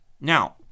now